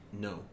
No